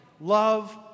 Love